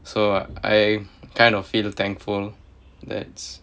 so I kind of feel thankful that